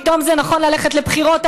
פתאום זה נכון ללכת לבחירות.